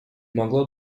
могла